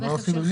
מה זה קשור?